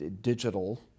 digital